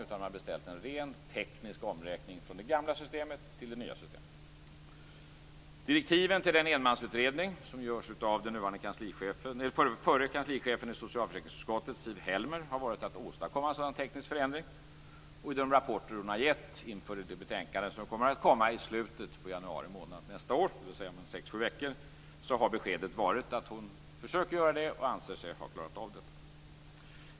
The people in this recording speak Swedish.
Man har beställt en rent teknisk omräkning från det gamla systemet till det nya systemet. Helmer, har varit att åstadkomma en sådan teknisk förändring. I de rapporter som hon har gett inför det betänkande som kommer i slutet på januari månad nästa år, dvs. om sex sju veckor, är beskedet att hon försökt göra det och anser sig ha klarat av det.